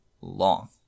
long